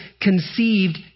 conceived